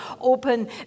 open